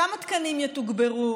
כמה תקנים יתוגברו?